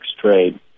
trade